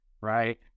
right